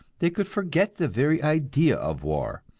they could forget the very idea of war,